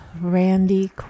Randy